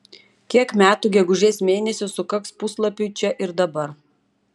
kiek metų gegužės mėnesį sukaks puslapiui čia ir dabar